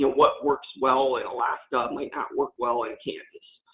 what works well in alaska might not work well in kansas.